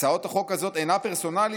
"הצעת החוק הזאת אינה פרסונלית?